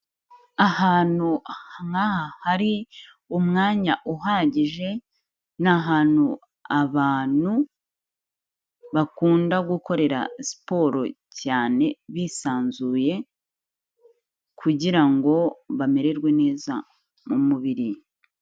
Ahantu nk'aha hari umwanya uhagije, ni ahantu abantu bakunda gukorera siporo cyane bisanzuye kugira ngo bamererwe neza mu mubiri.